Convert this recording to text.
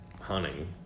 hunting